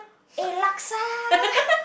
eh Laksa